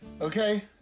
Okay